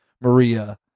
Maria